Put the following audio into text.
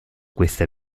questa